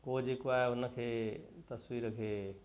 उहो जे को आहे हुनखे तस्वीर खे